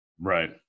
Right